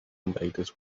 invaders